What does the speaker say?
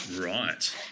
Right